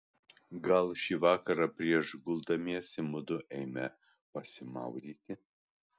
gal šį vakarą prieš guldamiesi mudu eime pasimaudyti